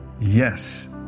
yes